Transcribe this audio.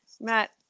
Matt